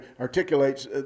articulates